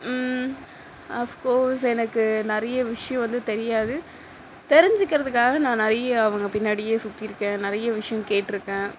of course எனக்கு நிறைய விஷ்யம் வந்து தெரியாது தெரிஞ்சுக்கிறதுக்காக நான் நிறைய அவங்க பின்னாடியே சுற்றிருக்கேன் நிறைய விஷ்யம் கேட்யிருக்கன்